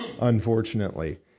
unfortunately